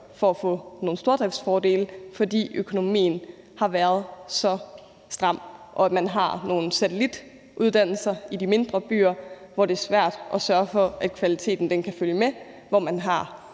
for at få nogle stordriftsfordele, fordi økonomien har været så stram. Man har også nogle satellituddannelser i de mindre byer, hvor det er svært at sørge for, at kvaliteten kan følge med, og hvor man